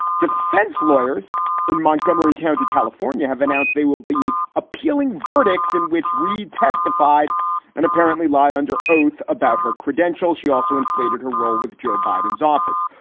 defense lawyers in montgomery county, california, have announced they will be appealing verdicts in which reid testified and apparently lied under oath about her credentials. she also inflated her role with joe biden's office.